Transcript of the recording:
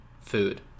food